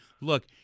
look